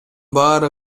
баары